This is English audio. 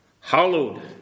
hallowed